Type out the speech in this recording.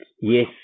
yes